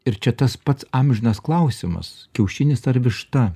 ir čia tas pats amžinas klausimas kiaušinis ar višta